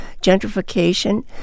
gentrification